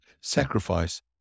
sacrifice